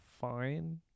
fine